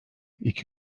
iki